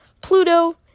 Pluto